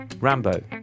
Rambo